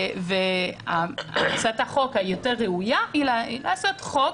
הצעת היותר ראויה היא הצעת חוק,